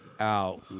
out